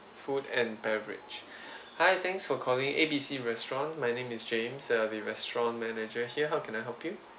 food and beverage hi thanks for calling A B C restaurant my name is james I'm the restaurant manager here how can I help you